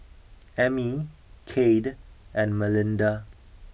Emmy Kade and Melinda